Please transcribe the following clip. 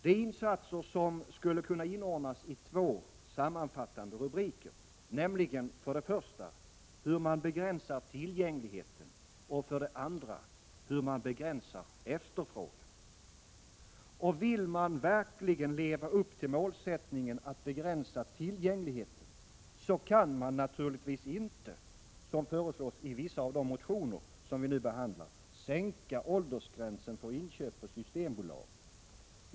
Det är insatser som skulle kunna inordnas i två sammanfattande rubriker, nämligen för det första hur man begränsar tillgängligheten och för det andra hur man begränsar efterfrågan. Vill man verkligen leva upp till målsättningen att begränsa tillgängligheten, så kan man naturligtvis inte — som föreslås i vissa av de motioner som vi nu behandlar — sänka åldersgränsen för inköp på Systembolaget.